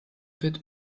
wird